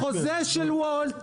החוזה של וולט